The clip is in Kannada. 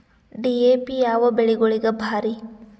ಡಿ.ಎ.ಪಿ ಯಾವ ಬೆಳಿಗೊಳಿಗ ಭಾರಿ?